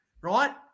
right